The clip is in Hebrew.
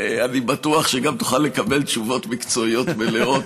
אני בטוח שגם תוכל לקבל תשובות מקצועיות מלאות